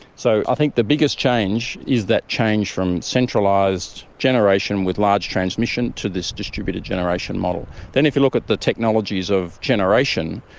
so i think the biggest change is that change from centralised generation with large transmission to this distributed generation model. then if you look at the technologies of generation,